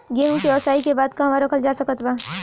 गेहूँ के ओसाई के बाद कहवा रखल जा सकत बा?